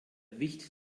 wicht